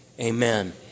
amen